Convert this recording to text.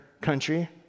country